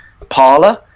parlor